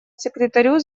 секретарю